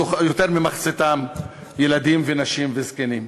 יותר ממחציתם ילדים, נשים וזקנים.